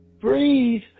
breathe